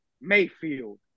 Mayfield